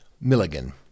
Milligan